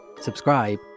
subscribe